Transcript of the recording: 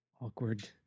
awkward